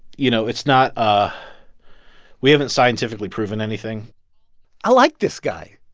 you know, it's not ah we haven't scientifically proven anything i like this guy.